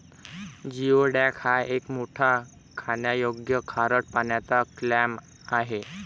geoduck हा एक मोठा खाण्यायोग्य खारट पाण्याचा क्लॅम आहे